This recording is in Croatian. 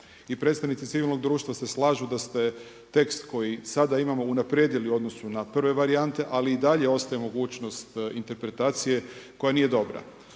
I predstavnici civilnog društva se slažu da ste tekst koji sada imamo unaprijedili u odnosu na prve varijante ali i dalje ostaje mogućnost interpretacije koja nije dobra.